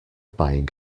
buying